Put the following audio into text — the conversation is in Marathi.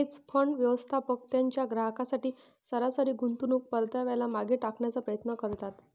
हेज फंड, व्यवस्थापक त्यांच्या ग्राहकांसाठी सरासरी गुंतवणूक परताव्याला मागे टाकण्याचा प्रयत्न करतात